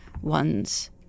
one's